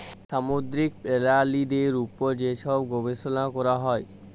সামুদ্দিরিক পেরালিদের উপর যে ছব গবেষলা ক্যরা হ্যয়